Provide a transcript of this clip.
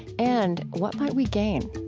and what might we gain?